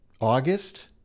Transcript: August